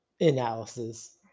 analysis